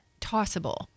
tossable